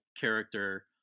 character